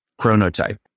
chronotype